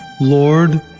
Lord